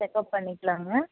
checkup பண்ணிக்கலாங்க